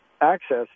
access